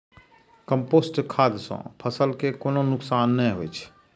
compost खाद सं फसल कें कोनो नुकसान नै होइ छै